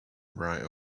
right